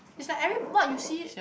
is like every what you see